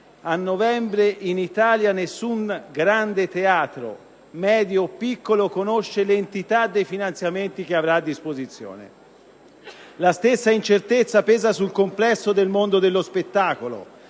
a novembre in Italia nessun teatro - grande, medio o piccolo - conosce l'entità dei finanziamenti che avrà a disposizione. La stessa incertezza pesa sul complesso del mondo dello spettacolo,